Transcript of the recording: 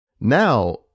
Now